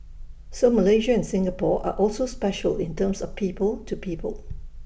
so Malaysia and Singapore are also special in terms of people to people